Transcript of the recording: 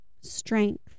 strength